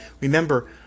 remember